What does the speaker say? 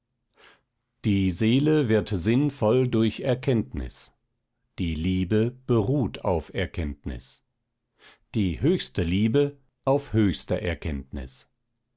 die seele wird sinn voll durch erkenntnis die liebe beruht auf erkenntnis die höchste liebe auf höchster erkenntnis